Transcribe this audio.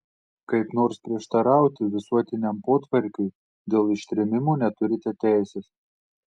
kaip nors prieštarauti visuotiniam potvarkiui dėl ištrėmimo neturite teisės